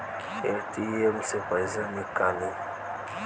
ATM से पैसा कैसे नीकली?